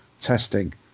testing